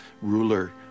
ruler